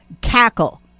cackle